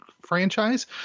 franchise